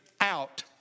out